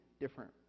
different